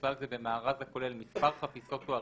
ובכלל זה במארז הכולל מספר חפיסות או אריזות,